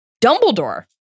Dumbledore